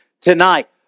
tonight